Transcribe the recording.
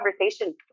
conversation